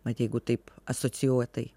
mat jeigu taip asocijuotai